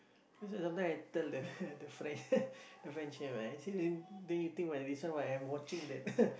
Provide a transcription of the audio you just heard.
so sometime I tell the French the Fre~ the French chef I say then then you think this one why I'm watching that